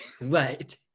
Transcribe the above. right